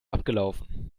abgelaufen